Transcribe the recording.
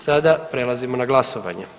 Sada prelazimo na glasovanje.